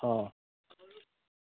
ହଁ